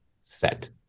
set